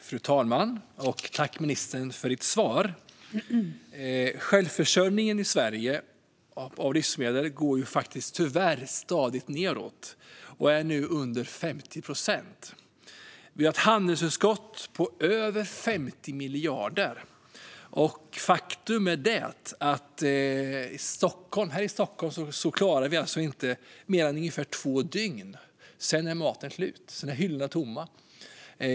Fru talman! Tack, ministern, för svaret! Sverige självförsörjning i fråga om livsmedel går tyvärr stadigt nedåt och är nu under 50 procent. Vi har ett handelsunderskott på över 50 miljarder. Faktum är att vi här i Stockholm inte skulle klara detta i mer än ungefär två dygn. Sedan är maten slut och hyllorna tomma.